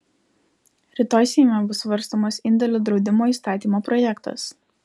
rytoj seime bus svarstomas indėlių draudimo įstatymo projektas